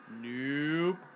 Nope